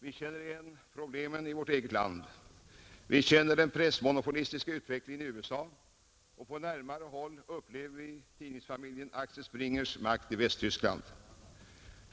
Vi känner igen problemen i vårt eget land. Vi känner den pressmonopolistiska utvecklingen i USA, och på närmare håll upplever vi tidningsfamiljen Axel Springers makt i Västtyskland.